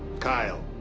kyle.